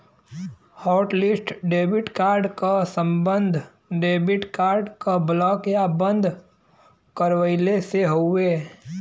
hotlist debit card क सम्बन्ध debit card क ब्लॉक या बंद करवइले से हउवे